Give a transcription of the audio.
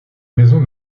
maison